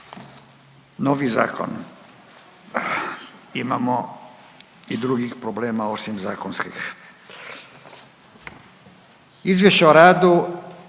Novi zakon. Imamo i drugih problema osim zakonskih. - Izvješće o radu